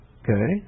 okay